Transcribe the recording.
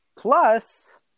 Plus